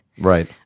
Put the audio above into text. Right